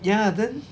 ya then